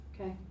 Okay